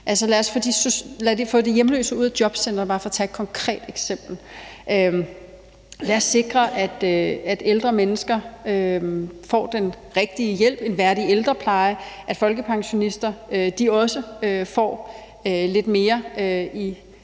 lad os få de hjemløse ud af jobcentrene, bare for at tage et konkret eksempel. Lad os sikre, at ældre mennesker får den rigtige hjælp og en værdig ældrepleje, og at folkepensionister også får lidt mere i